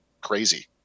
crazy